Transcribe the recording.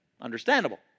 understandable